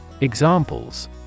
Examples